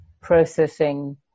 processing